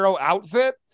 outfit